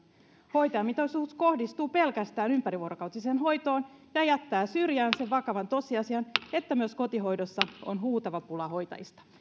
hoitajamitoitus kohdistuu pelkästään ympärivuorokautiseen hoitoon ja jättää syrjään sen vakavan tosiasian että myös kotihoidossa on huutava pula hoitajista